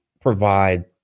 provide